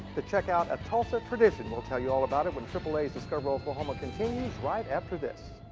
to check out a tulsa tradition. we'll tell you all about it when triple a's discover oklahoma continues right after this.